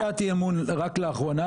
עלתה הצעת אי אמון רק לאחרונה,